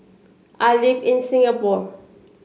I live in Singapore